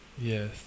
Yes